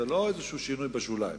זה לא שינוי בשוליים,